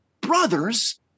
brothers